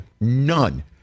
none